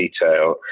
detail